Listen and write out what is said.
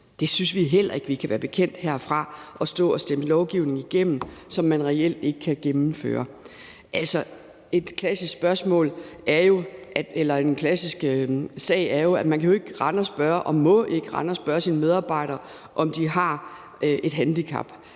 Vi synes heller ikke, vi kan være bekendt herfra at stå og stemme en lovgivning igennem, som man reelt ikke kan gennemføre. En klassisk sag er jo, at man ikke kan og ikke må rende og spørge sine medarbejdere, om de har et handicap.